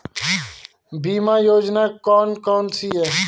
बीमा योजना कौन कौनसी हैं?